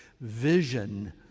vision